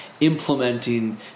implementing